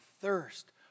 thirst